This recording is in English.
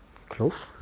clove